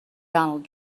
donald